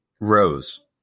rows